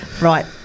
right